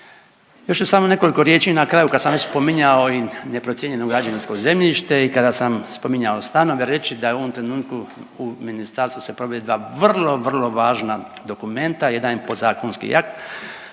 Još ću samo nekoliko riječi na kraju, kad sam već spominjao i neprocijenjeno građevinsko zemljište i kada sam spominjao stanove, reći da je u ovom trenutku, u ministarstvu se provela vrlo, vrlo važna dokumenta, jedan je podzakonski akt